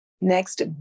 Next